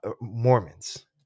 mormons